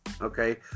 Okay